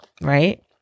right